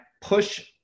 push